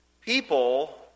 people